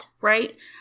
Right